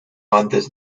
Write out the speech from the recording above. antes